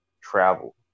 travel